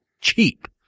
cheap